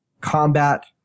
combat